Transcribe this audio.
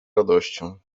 radością